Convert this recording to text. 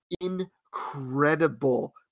incredible